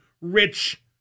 rich